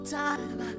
time